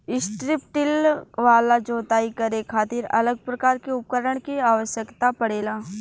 strip till वाला जोताई करे खातिर अलग प्रकार के उपकरण के आवस्यकता पड़ेला